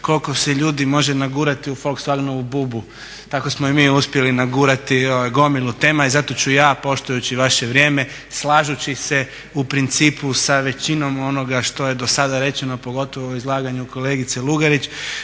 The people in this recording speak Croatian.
koliko se ljudi može nagurati u Volkswagenovu bubu. Tako smo i mi uspjeli nagurati gomilu tema i zato ću ja poštujući vaše vrijeme, slažući se u principu sa većinom onoga što je do sada rečeno, pogotovo u izlaganju kolegice Lugarić,